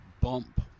bump